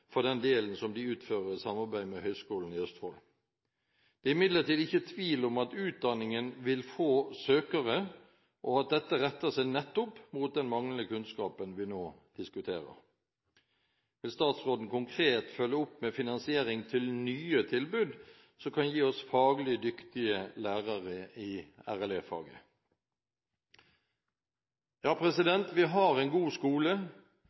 for den delen som de utfører i samarbeid med Høgskolen i Østfold. Det er imidlertid ikke tvil om at utdanningen vil få søkere, og at dette retter seg nettopp mot den manglende kunnskapen vi nå diskuterer. Vil statsråden konkret følge opp med finansiering til nye tilbud, som kan gi oss faglig dyktige lærere i RLE-faget? Vi har en god skole,